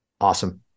Awesome